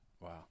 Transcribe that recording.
Wow